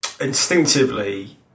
Instinctively